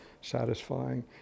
satisfying